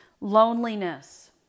Loneliness